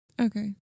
Okay